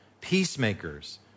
peacemakers